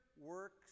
works